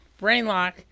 Brainlock